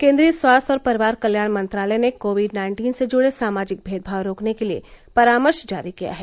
केन्द्रीय स्वास्थ्य और परिवार कल्याण मंत्रालय ने कोविड नाइन्टीन से जुड़े सामाजिक भेदभाव रोकने के लिए परामर्श जारी किया है